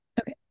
Okay